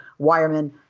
wireman